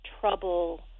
trouble